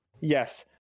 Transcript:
yes